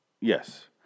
Yes